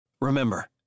Remember